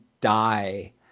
die